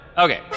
Okay